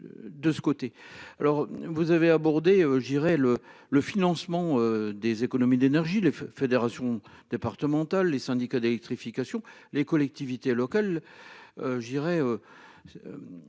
De ce côté. Alors vous avez abordé je dirais le le financement des économies d'énergie, les fédérations départementales. Les syndicats d'électrification les collectivités locales.